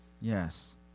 Yes